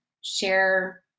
share